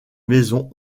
maisons